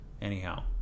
anyhow